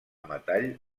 metall